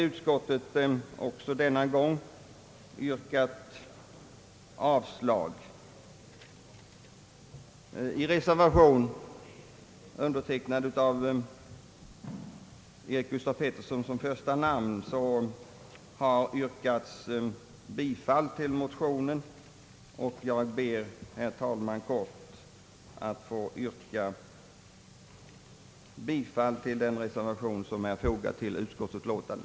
Utskottet har emellertid också Herr talman! Jag ber att få yrka bifall till den reservation som är fogad till utskottets utlåtande.